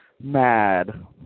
mad